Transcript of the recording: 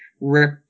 rip